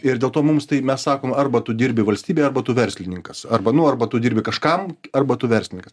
ir dėl to mums tai mes sakom arba tu dirbi valstybei arba tu verslininkas arba nu arba tu dirbi kažkam arba tu verslininkas